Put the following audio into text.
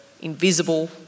invisible